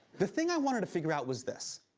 the thing i wanted to figure out was this.